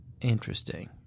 Interesting